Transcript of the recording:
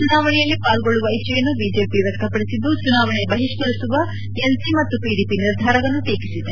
ಚುನಾವಣೆಯಲ್ಲಿ ಪಾಲ್ಗೊಳ್ಳುವ ಇಚ್ಚೆಯನ್ನು ಬಿಜೆಪಿ ವ್ಯಕ್ತಪಡಿಸಿದ್ದು ಚುನಾವಣೆ ಬಹಿಷ್ಕರಿಸುವ ಎನ್ಸಿ ಮತ್ತು ಪಿಡಿಪಿ ನಿರ್ಧಾರವನ್ನು ಟೀಕಿಸಿದೆ